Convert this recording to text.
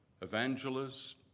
evangelists